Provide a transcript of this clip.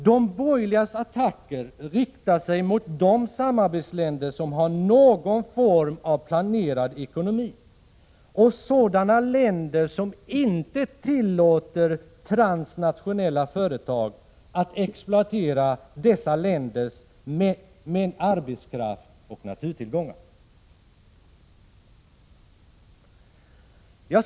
De borgerligas attacker riktar sig mot de samarbetsländer som har någon form av planerad ekonomi och mot sådana länder som inte tillåter transnationella företag att exploatera arbetskraft och naturtillgångar.